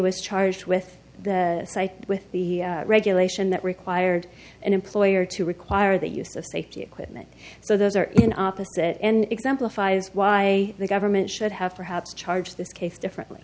was charged with the site with the regulation that required an employer to require the use of safety equipment so those are in opposite end exemplifies why the government should have perhaps charge this case differently